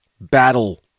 battle